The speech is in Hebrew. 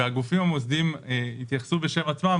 הגופים המוסדיים יתייחסו בשם עצמם,